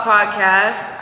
Podcast